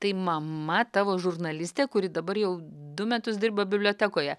tai mama tavo žurnalistė kuri dabar jau du metus dirba bibliotekoje